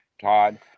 Todd